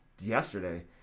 yesterday